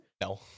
No